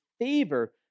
favor